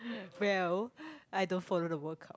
well I don't follow the World-Cup